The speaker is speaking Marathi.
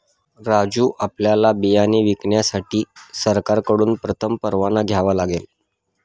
राजू आपल्याला बियाणे विकण्यासाठी सरकारकडून प्रथम परवाना घ्यावा लागेल